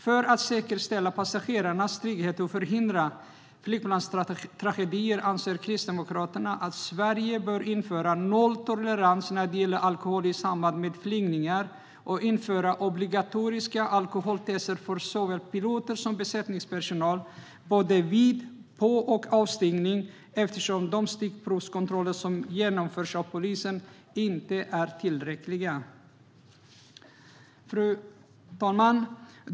För att säkerställa passagerarnas trygghet och förhindra flygplanstragedier anser Kristdemokraterna att Sverige bör införa nolltolerans när det gäller alkohol i samband med flygning och införa obligatoriska alkoholtester för såväl piloter som besättningspersonal vid både på och avstigning, eftersom de stickprovskontroller som genomförs av polisen inte är tillräckliga. Fru talman!